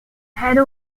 hatter